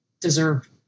deserve